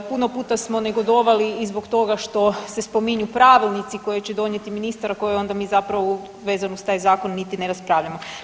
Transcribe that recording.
Puno puta smo negodovali i zbog toga što se spominju Pravilnici koje će donijeti ministar koji onda mi zapravo vezano za taj zakon niti ne raspravljamo.